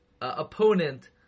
opponent